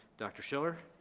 dr. schiller?